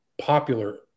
popular